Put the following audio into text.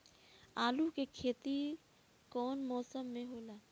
आलू के खेती कउन मौसम में होला?